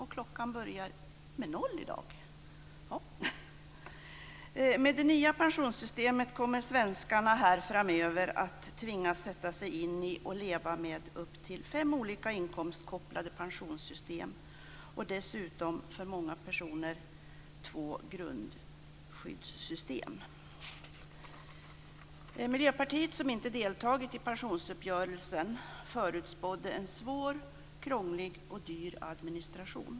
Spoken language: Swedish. Herr talman! Med det nya pensionssystemet kommer svenskarna framöver att tvingas sätta sig in i och leva med upp till fem olika inkomstkopplade pensionssystem och dessutom, för många personer, två grundskyddssystem. Miljöpartiet, som inte deltagit i pensionsuppgörelsen, förutspådde en svår, krånglig och dyr administration.